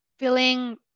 feeling